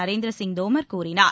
நரேந்திர சிங் தோமர் கூறினார்